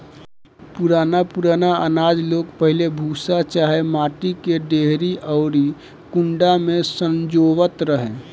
पुरान पुरान आनाज लोग पहिले भूसा चाहे माटी के डेहरी अउरी कुंडा में संजोवत रहे